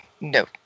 no